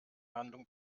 handlung